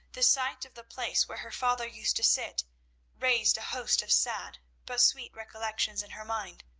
the sight of the place where her father used to sit raised a host of sad but sweet recollections in her mind.